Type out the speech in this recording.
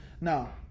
Now